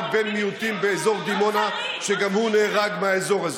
בן מיעוטים באזור דימונה שגם הוא נהרג באזור הזה.